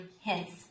hints